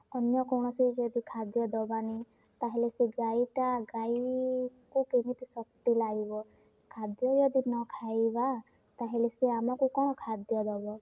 ଅନ୍ୟ କୌଣସି ଯଦି ଖାଦ୍ୟ ଦେବାନି ତା'ହେଲେ ସେ ଗାଈଟା ଗାଈକୁ କେମିତି ଶକ୍ତି ଲାଗିବ ଖାଦ୍ୟ ଯଦି ନ ଖାଇବା ତା'ହେଲେ ସେ ଆମକୁ କ'ଣ ଖାଦ୍ୟ ଦେବ